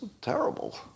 terrible